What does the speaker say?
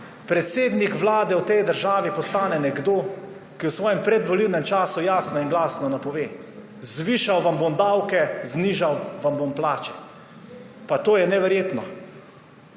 predsednik Vlade v tej državi postane nekdo, ki v svojem predvolilnem času jasno in glasno napove: »Zvišal vam bom davke, znižal vam bom plače.« Pa to je neverjetno!